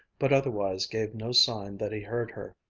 but otherwise gave no sign that he heard her.